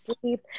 sleep